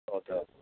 okay okay